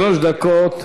שלוש דקות